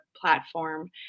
platform